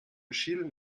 schielen